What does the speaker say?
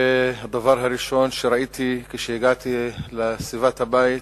והדבר הראשון שראיתי כשהגעתי לסביבת הבית,